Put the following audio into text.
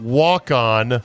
walk-on